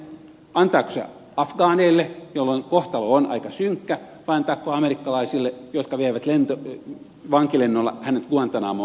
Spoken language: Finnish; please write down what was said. antaako hänet afgaaneille jolloin kohtalo on aika synkkä vai antaako amerikkalaisille jotka vievät vankilennolla hänet guantanamoon